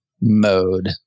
mode